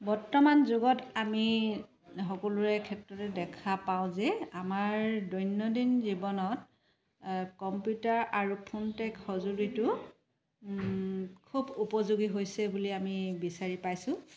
বৰ্তমান যুগত আমি সকলোৰে ক্ষেত্ৰতে দেখা পাওঁ যে আমাৰ দৈনন্দিন জীৱনত কম্পিউটাৰ আৰু ফোন টেক সঁজুলিটো খুব উপযোগী হৈছে বুলি আমি বিচাৰি পাইছোঁ